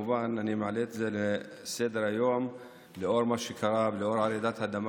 אני מעלה את זה לסדר-היום לנוכח רעידת האדמה